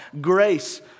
grace